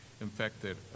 infected